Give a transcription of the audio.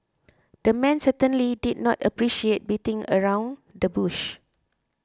the man certainly did not appreciate beating around the bush